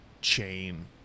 chain